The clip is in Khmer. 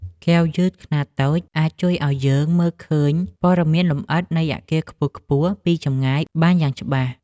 កែវយឺតខ្នាតតូច អាចជួយឱ្យយើងមើលឃើញព័ត៌មានលម្អិតនៃអាគារខ្ពស់ៗពីចម្ងាយបានយ៉ាងច្បាស់។